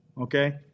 okay